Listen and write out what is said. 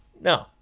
No